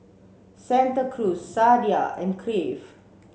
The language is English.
Santa Cruz Sadia and Crave